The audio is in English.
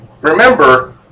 Remember